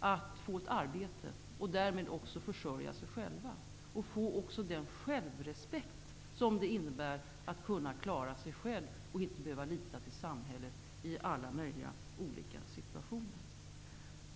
att få ett arbete och därmed också försörja sig själva och då också få den självrespekt som det innebär att kunna klara sig själv och inte behöva lita till samhället i alla möjliga olika situationer.